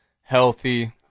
healthy